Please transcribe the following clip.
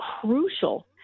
crucial